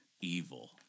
evil